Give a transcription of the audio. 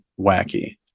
Wacky